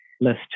list